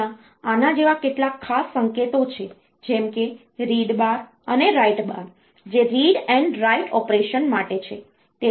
ત્યાં આના જેવા કેટલાક ખાસ સંકેતો છે જેમ કે રીડ બાર અને રાઈટ બાર જે રીડ એન્ડ રાઈટ ઓપરેશન માટે છે